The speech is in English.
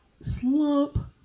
slump